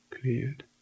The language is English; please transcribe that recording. cleared